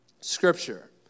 scripture